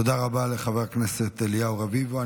תודה רבה לחבר הכנסת אליהו רביבו.